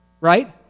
right